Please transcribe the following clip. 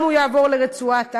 ומשם הוא יועבר לרצועת-עזה?